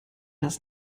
das